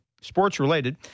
sports-related